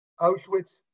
Auschwitz